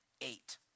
Eight